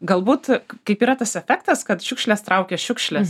galbūt kaip yra tas efektas kad šiukšles traukia šiukšlės